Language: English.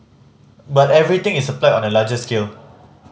but everything is applied on a larger scale